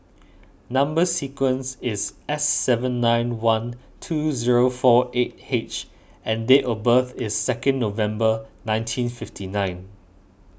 Number Sequence is S seven nine one two zero four eight H and date of birth is second November nineteen fifty nine